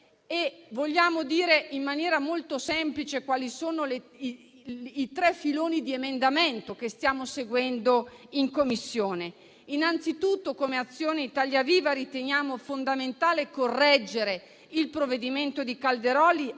vogliamo dire in maniera molto semplice quali sono i tre filoni emendativi che stiamo seguendo in Commissione. Innanzi tutto, come Azione-Italia Viva-RenewEurope, riteniamo fondamentale correggere il provvedimento di Calderoli,